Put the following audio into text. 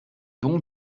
don